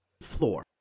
floor